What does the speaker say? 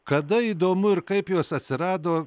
kada įdomu ir kaip jos atsirado